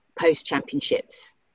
Post-championships